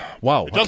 wow